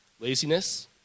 Laziness